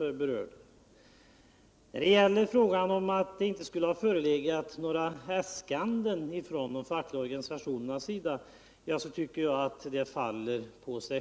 Arbetsmarknadsministern säger att det inte skulle ha förelegat nägra äskanden från de fackliga organisationernas sida, men jag tycker att detta uttalande faller på sin